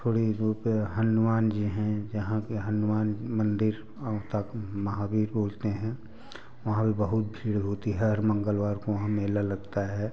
थोड़ी ही दूर पर हनुमान जी हैं जहाँ के हनुमान मंदिर औंता महावीर बोलते हैं वहाँ पर बहुत भीड़ होती है हर मंगलवार को वहाँ मेला लगता है